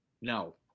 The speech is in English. No